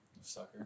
sucker